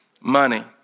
Money